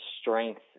strength